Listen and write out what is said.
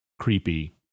creepy